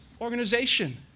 organization